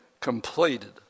completed